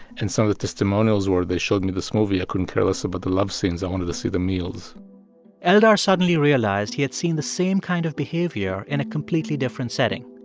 and some of the testimonials were, they showed me this movie. i couldn't care less about the love scenes. i wanted to see the meals eldar suddenly realized he had seen the same kind of behavior in a completely different setting.